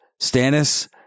Stannis